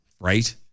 Right